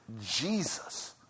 Jesus